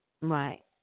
Right